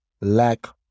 lack